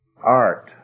Art